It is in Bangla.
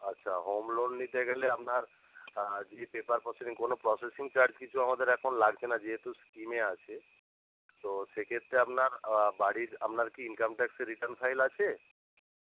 আচ্ছা হোম লোন নিতে গেলে আপনার যে পেপার প্রসেসিং কোন চার্জ কিছু আমাদের এখন লাগছে না যেহেতু স্কিমে আছে তো সেক্ষেত্রে আপনার বাড়ির আপনার কি ইনকাম ট্যাস্কের রিটার্ন ফাইল আছে